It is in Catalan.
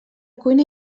cuina